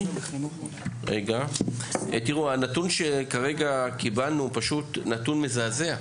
תיראו, הנתון שכרגע קיבלנו הוא פשוט נתון מזעזע.